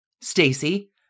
Stacy